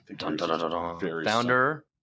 founder